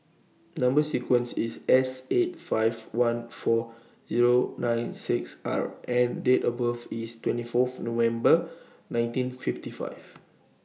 Number sequence IS S eight five one four Zero nine six R and Date of birth IS twenty four November nineteen fifty five